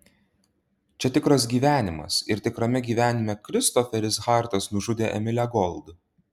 čia tikras gyvenimas ir tikrame gyvenime kristoferis hartas nužudė emilę gold